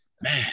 Man